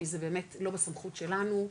כי זה באמת לא בסמכות שלנו,